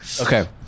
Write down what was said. Okay